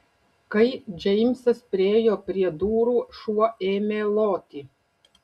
kai džeimsas priėjo prie durų šuo ėmė loti